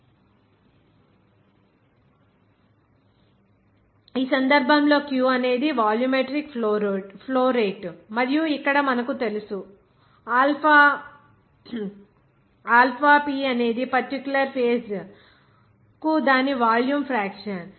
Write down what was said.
p u sp p ఈ సందర్భంలో Q అనేది వాల్యూమెట్రిక్ ఫ్లో రేటు మరియు ఇక్కడ మనకు తెలుసు ఆల్ఫా p అనేది పర్టిక్యులర్ ఫేజ్ కు దాని వాల్యూమ్ ఫ్రాక్షన్